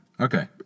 Okay